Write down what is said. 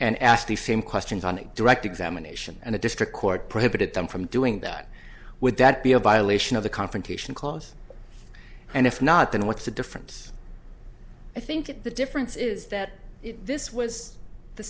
and asked the famed questions on direct examination and a district court prohibited them from doing that would that be a violation of the confrontation clause and if not then what's the difference i think the difference is that this was the